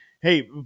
hey